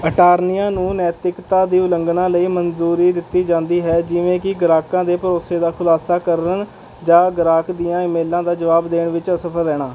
ਅਟਾਰਨੀਆਂ ਨੂੰ ਨੈਤਿਕਤਾ ਦੀ ਉਲੰਘਣਾ ਲਈ ਮਨਜ਼ੂਰੀ ਦਿੱਤੀ ਜਾਂਦੀ ਹੈ ਜਿਵੇਂ ਕਿ ਗ੍ਰਾਹਕਾਂ ਦੇ ਭਰੋਸੇ ਦਾ ਖੁਲਾਸਾ ਕਰਨ ਜਾਂ ਗ੍ਰਾਹਕ ਦੀਆਂ ਈਮੇਲਾਂ ਦਾ ਜਵਾਬ ਦੇਣ ਵਿੱਚ ਅਸਫਲ ਰਹਿਣਾ